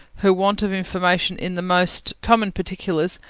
her want of information in the most common particulars,